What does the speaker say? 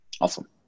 Awesome